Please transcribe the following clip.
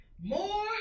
More